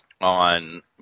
on